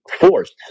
forced